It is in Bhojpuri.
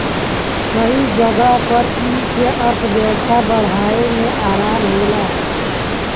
कई जगह पर ई से अर्थव्यवस्था बढ़ाए मे आराम होला